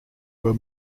were